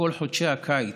לכל חודשי הקיץ,